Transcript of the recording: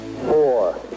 four